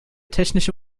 technische